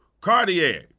Cartier